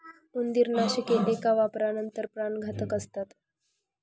उंदीरनाशके एका वापरानंतर प्राणघातक असतात